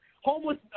homeless